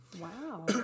Wow